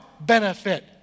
benefit